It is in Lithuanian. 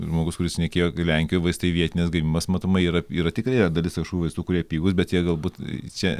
žmogus kuris šnekėjo lenkijoj vaistai vietinės gamybos matomai yra yra tikrai yra dalis kažkokių vaistų kurie pigūs bet jie galbūt čia